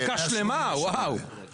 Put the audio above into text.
5 נמנעים אין לא אושר.